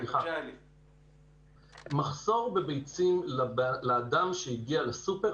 היה מחסור בביצים לאדם שהגיע לסופר.